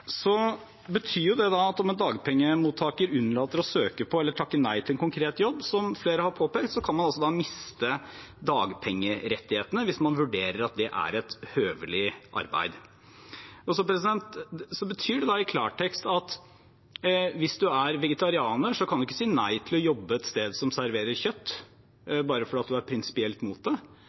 Det betyr at om en dagpengemottaker unnlater å søke på eller takker nei til en konkret jobb, som flere har påpekt, kan han eller hun altså miste dagpengerettighetene hvis man vurderer at det er et høvelig arbeid. Det betyr i klartekst at hvis man er vegetarianer, kan man ikke si nei til å jobbe et sted der det serveres kjøtt, bare fordi man er prinsipielt imot det. En rekke andre konkrete eksempler kan vi helt sikkert lage, men alt dette skal dekkes av generelle hjemler. Det